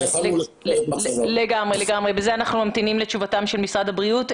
כאמור, כאן אנחנו ממתינים לתשובת משרד הבריאות.